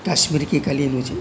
કાશ્મીર કી કલીનું છે